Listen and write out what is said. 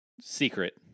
secret